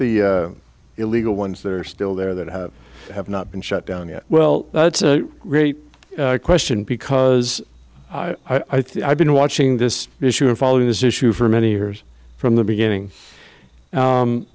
the illegal ones they're still there that have have not been shut down yet well that's a great question because i think i've been watching this issue and following this issue for many years from the beginning